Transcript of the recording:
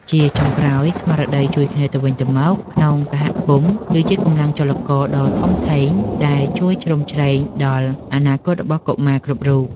ជាចុងក្រោយ ស្មារតីជួយគ្នាទៅវិញទៅមកក្នុងសហគមន៍គឺជាកម្លាំងចលករដ៏ធំធេងដែលជួយជ្រោមជ្រែងដល់អនាគតរបស់កុមារគ្រប់រូប។